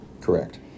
Correct